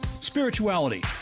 spirituality